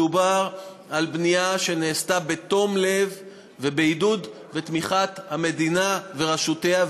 מדובר על בנייה שנעשתה בתום לב ובעידוד ותמיכת המדינה ורשויותיה.